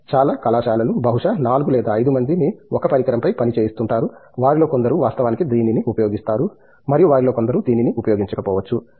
చాలా కళాశాలలు బహుశా 4 లేదా 5 మంది ని 1 పరికరం పై పనిచేయిస్తుంటారు వారిలో కొందరు వాస్తవానికి దీనిని ఉపయోగిస్తారు మరియు వారిలో కొందరు దీనిని ఉపయోగించకపోవచ్చు